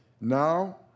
Now